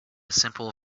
simple